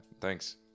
Thanks